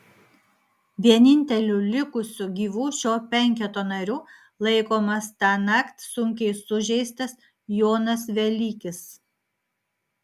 vieninteliu likusiu gyvu šio penketo nariu laikomas tąnakt sunkiai sužeistas jonas velykis